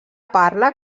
parla